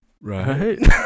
Right